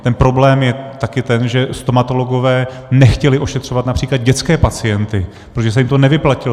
Ten problém je taky ten, že stomatologové nechtěli ošetřovat například dětské pacienty, protože se jim to nevyplatilo.